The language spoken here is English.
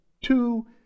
two